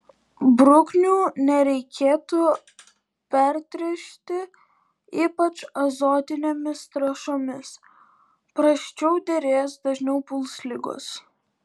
bruknių nereikėtų pertręšti ypač azotinėmis trąšomis prasčiau derės dažniau puls ligos